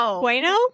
bueno